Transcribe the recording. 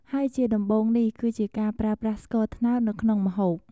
ហើយជាដំបូងនេះ គឺជាការប្រើប្រាស់ស្ករត្នោតនៅក្នុងម្ហូប។